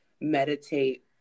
meditate